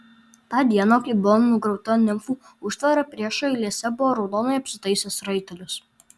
tą dieną kai buvo nugriauta nimfų užtvara priešo eilėse buvo raudonai apsitaisęs raitelis